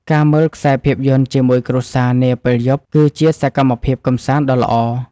ការមើលខ្សែភាពយន្តជាមួយគ្រួសារនាពេលយប់ គឺជាសកម្មភាពកម្សាន្តដ៏ល្អ។